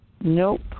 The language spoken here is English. Nope